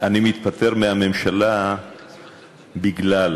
אני מתפטר מהממשלה מכיוון